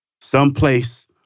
someplace